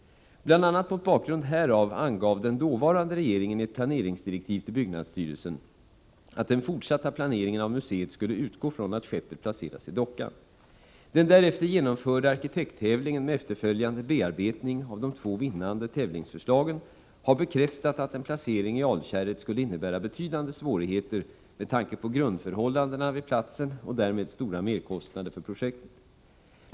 Bl. a. mot bakgrund härav angav den dåvarande regeringen i ett planeringsdirektiv till byggnadsstyrelsen att den fortsatta planeringen av museet skulle utgå från att skeppet placeras i dockan. Den därefter genomförda arkitekttävlingen med efterföljande bearbetning av de två vinnande tävlingsförslagen har bekräftat att en placering i Alkärret skulle innebära betydande svårigheter med tanke på grundförhållandena vid platsen och därmed stora merkostnader för projektet.